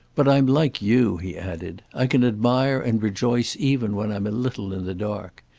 but i'm like you, he added i can admire and rejoice even when i'm a little in the dark.